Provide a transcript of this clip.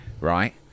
right